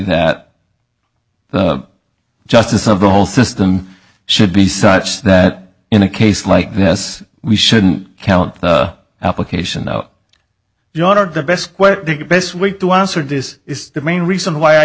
that the justice of the whole system should be such that in a case like this we shouldn't count the application out you ordered the best the best way to answer this is the main reason why